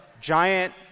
giant